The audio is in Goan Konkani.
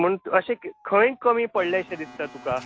पूण अशें खंय कमी पडलेशें दिसता तुका